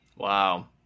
Wow